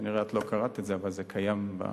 כנראה את לא קראת את זה, אבל זה קיים בדף.